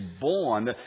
born